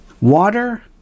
Water